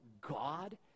God